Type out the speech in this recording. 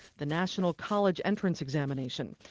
the national college entrance examination.